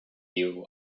you